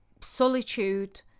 solitude